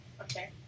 Okay